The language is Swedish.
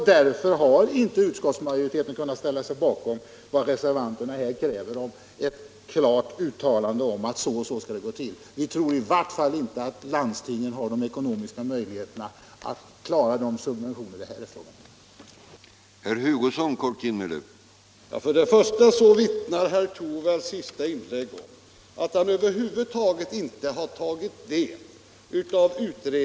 Därför har inte utskottsmajoriteten kunnat ställa sig bakom reservanternas krav på ett klart uttalande när det gäller en lösning av de här frågorna. Vi tror i vart fall inte att landstingen har de ekonomiska möjligheterna att klara de subventioner som det här är fråga om.